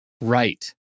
Right